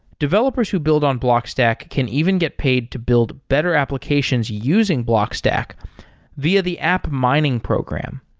developers who build on blockstack can even get paid to build better applications using blockstack via the app mining program.